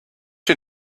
you